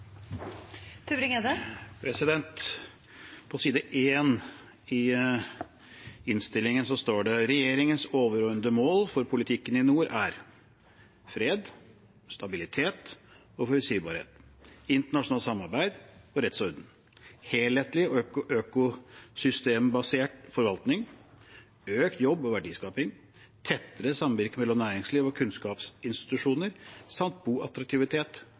fred, stabilitet og forutsigbarhet, internasjonalt samarbeid og rettsorden, helhetlig og økosystembasert forvaltning, økt jobb- og verdiskaping, tettere samvirke mellom næringsliv og kunnskapsinstitusjoner samt